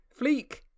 Fleek